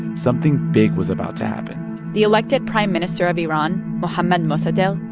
something big was about to happen the elected prime minister of iran, mohammad mossadegh,